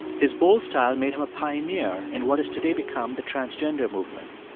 his bold style made him a pioneer in what has today become the transgender movement.